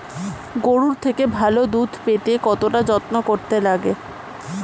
গরুর থেকে ভালো দুধ পেতে কতটা যত্ন করতে লাগে